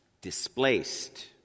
displaced